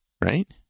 right